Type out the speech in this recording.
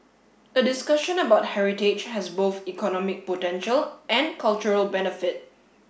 a discussion about heritage has both economic potential and cultural benefit